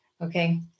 Okay